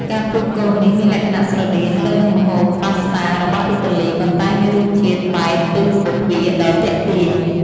ការផ្គូផ្គងនេះមានលក្ខណៈស្រដៀងទៅនឹងម្ហូបប៉ាស្តារបស់អ៊ីតាលីប៉ុន្តែមានរសជាតិបែបទិសបូព៌ាដ៏ទាក់ទាញ។